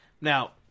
Now